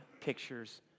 pictures